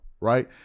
right